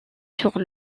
sur